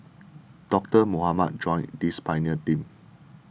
Doctor Mohamed joined this pioneer team